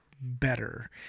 better